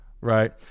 Right